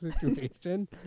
situation